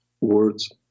words